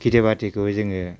खेथि बाथिखौ जोङो